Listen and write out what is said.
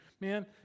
Man